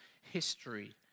history